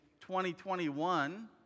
2021